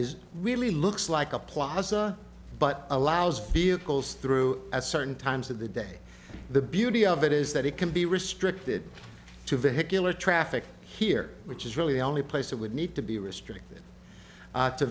is really looks like a plaza but allows field goals through at certain times of the day the beauty of it is that it can be restricted to vehicular traffic here which is really the only place that would need to be restricted